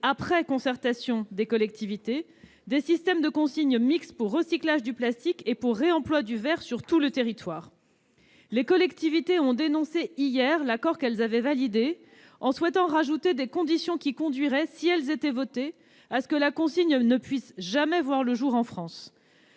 après concertation avec les collectivités, des systèmes de consignes mixtes pour recyclage du plastique et pour réemploi du verre sur tout le territoire. Les collectivités ont dénoncé hier l'accord qu'elles avaient validé et souhaitent ajouter de nouvelles conditions qui conduiraient, si elles étaient votées, à ce que la consigne ne puisse jamais voir le jour en France.